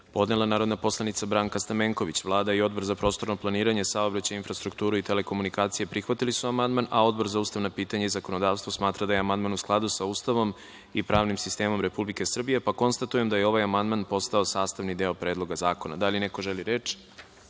Konstantinović i Zdravko Stanković. Vlada i Odbor za prostorno planiranje, saobraćaj, infrastrukturu i telekomunikacije prihvatili su amandman. Odbor za ustavna pitanja i zakonodavstvo smatra da je amandman u skladu sa Ustavom i pravnim sistemom Republike Srbije. Konstatujem da je ovaj amandman postao sastavni deo Predloga zakona. Da li neko želi reč?